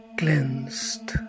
cleansed